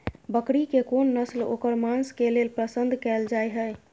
बकरी के कोन नस्ल ओकर मांस के लेल पसंद कैल जाय हय?